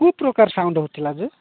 କୋଉ ପ୍ରକାର ସାଉଣ୍ଡ ହେଉଥିଲା ଯେ